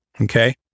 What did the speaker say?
okay